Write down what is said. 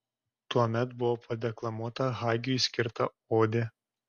tuomet buvo padeklamuota hagiui skirta odė